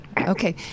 Okay